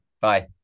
Bye